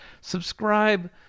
subscribe